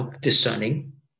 discerning